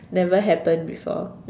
never happened before